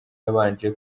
yabanje